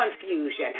confusion